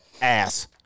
ass